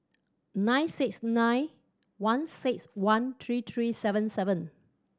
nine six nine one six one three three seven seven